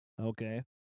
okay